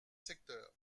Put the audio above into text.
secteurs